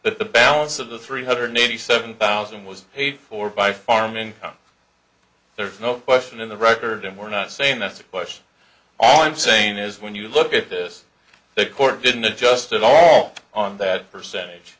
that the balance of the three hundred eighty seven thousand was paid for by farm income there's no question in the record and we're not saying that's a question all i'm saying is when you look at this the court didn't adjust it all on that percentage